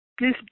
Please